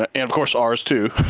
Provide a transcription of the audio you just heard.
ah and of course, ours, too.